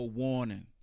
warning